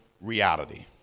reality